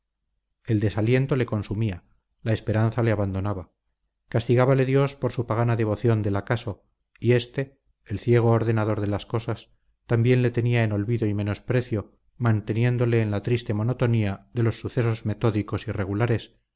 el desaliento le consumía la esperanza le abandonaba castigábale dios por su pagana devoción del acaso y éste el ciego ordenador de las cosas también le tenía en olvido y menosprecio manteniéndole en la triste monotonía de los sucesos metódicos